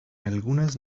algunas